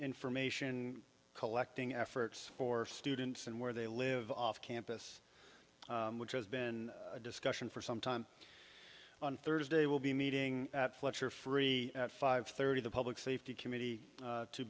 information collecting efforts for students and where they live off campus which has been a discussion for some time on thursday will be meeting at fletcher free at five thirty the public safety committee